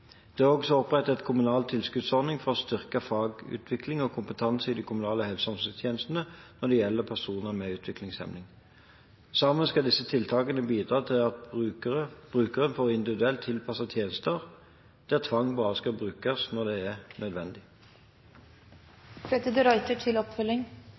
Det er også opprettet en kommunal tilskuddsordning for å styrke fagutvikling og kompetanse i de kommunale helse- og omsorgstjenestene når det gjelder personer med utviklingshemning. Sammen skal disse tiltakene bidra til at brukeren får individuelt tilpassede tjenester, der tvang bare skal brukes når det er nødvendig. Denne redegjørelsen fra statsråden var egentlig litt todelt og vanskelig å forholde seg til.